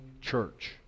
church